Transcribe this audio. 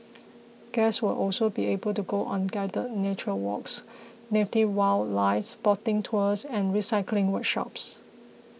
guests will also be able to go on guided nature walks native wildlife spotting tours and recycling workshops